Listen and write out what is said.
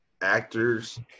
actors